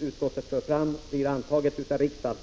utskottet lägger fram blir antaget av riksdagen.